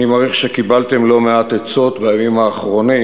אני מעריך שקיבלתם לא מעט עצות בימים האחרונים.